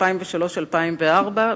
2003 2004,